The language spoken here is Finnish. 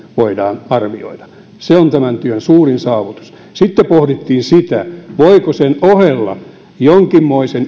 voidaan arvioida se on tämän työn suurin saavutus sitten pohdittiin sitä voiko sen ohella tuoda jonkinmoisen